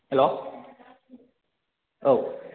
हेल' औ